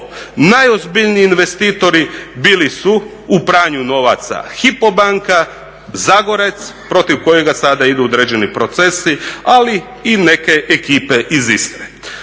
Najozbiljniji investitori bili su u pranju novaca HYPO banka, Zagorec protiv kojega sada idu određeni procesi, ali i neke ekipe iz Istre.